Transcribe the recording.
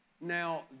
Now